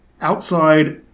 outside